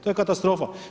To je katastrofa.